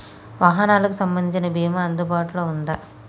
వాహనాలకు సంబంధించిన బీమా అందుబాటులో ఉందా?